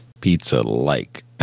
pizza-like